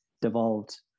devolved